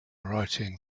writing